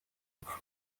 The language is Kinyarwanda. epfo